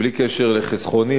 בלי קשר לחסכוני,